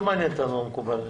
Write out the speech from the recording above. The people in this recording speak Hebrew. לא מעניין אותנו אם מקובל עליהם.